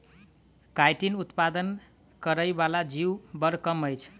chitin उत्पन्न करय बला जीव बड़ कम अछि